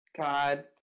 God